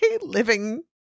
living